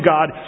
God